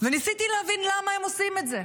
וניסיתי להבין למה הם עושים את זה,